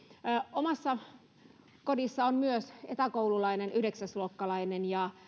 omassa kodissani on etäkoululainen yhdeksäsluokkalainen ja